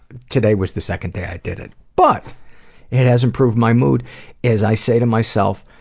today was the second day i did it. but it has improved my mood as i say to myself,